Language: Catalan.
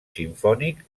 simfònic